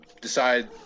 decide